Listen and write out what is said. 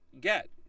get